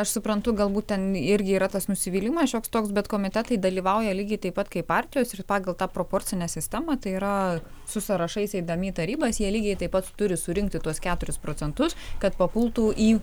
aš suprantu galbūt ten irgi yra tas nusivylimas šioks toks bet komitetai dalyvauja lygiai taip pat kaip partijos ir pagal tą proporcinę sistemą tai yra su sąrašais eidami į tarybas jie lygiai taip pat turi surinkti tuos keturis procentus kad papultų į